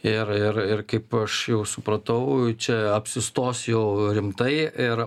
ir ir ir kaip aš jau supratau čia apsistos jau rimtai ir